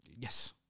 Yes